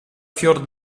fior